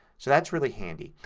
so that's really handy.